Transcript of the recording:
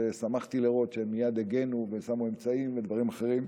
ושמחתי לראות שהם מייד הגנו ושמו אמצעים ודברים אחרים.